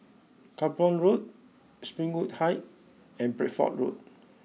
Cranborne Road Springwood Height and Bedford Road